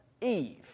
Eve